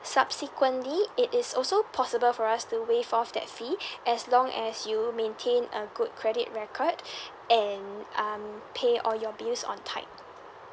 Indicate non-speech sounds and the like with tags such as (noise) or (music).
subsequently it is also possible for us to waive off that fee (breath) as long as you maintain a good credit record (breath) and um pay all your bills on time